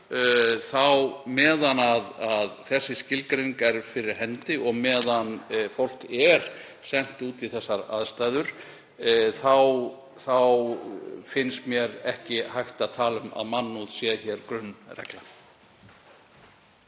á meðan þessi skilgreining er fyrir hendi og meðan fólk er sent út í þessar aðstæður þá finnst mér ekki hægt að tala um að mannúð sé grunnreglan.